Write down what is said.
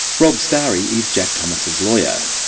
rob stary is jack thomas' lawyer.